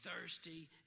thirsty